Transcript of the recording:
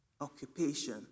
occupation